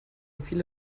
einzelne